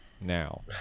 now